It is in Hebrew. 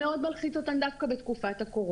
זה מאוד מלחיץ אותן דווקא בתקופת הקורונה.